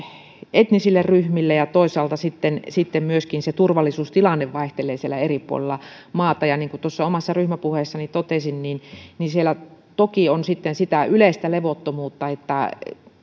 etnisille ryhmille ja toisaalta sitten sitten myöskin turvallisuustilanne vaihtelee siellä eri puolilla maata niin kuin omassa ryhmäpuheessani totesin siellä toki on sitä yleistä levottomuutta